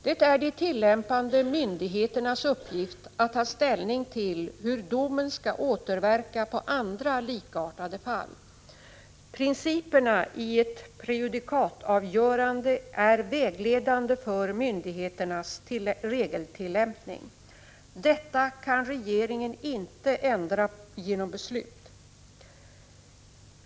Det är de tillämpande myndigheternas uppgift att ta ställning till hur domen skall återverka på andra likartade fall. Principerna i ett prejudikatavgörande är vägledande för myndigheternas regeltillämpning. Detta kan regeringen inte ändra genom beslut.